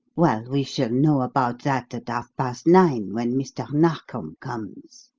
well, we shall know about that at half-past nine, when mr. narkom comes.